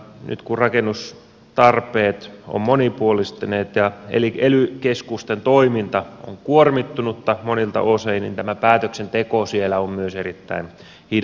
nyt kun rakennustarpeet ovat monipuolistuneet ja ely keskusten toiminta on kuormittunutta monilta osin niin tämä päätöksenteko siellä on myös erittäin hidasta